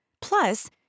Plus